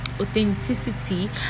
authenticity